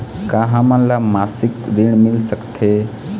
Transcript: का हमन ला मासिक ऋण मिल सकथे?